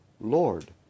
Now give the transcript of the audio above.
Lord